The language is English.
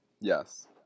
Yes